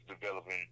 developing